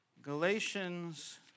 Galatians